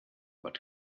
but